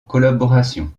collaboration